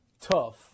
tough